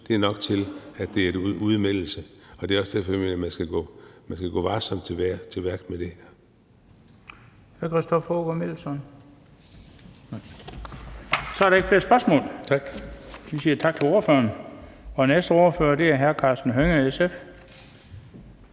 er nok til, at det er en udmeldelse. Og det er også derfor, jeg mener, at man skal gå varsomt til værks med det